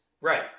Right